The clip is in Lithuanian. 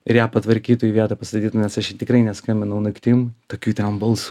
ir ją patvarkytų į vietą pastatytų nes aš jai tikrai neskambinau naktim tokiu ten balsu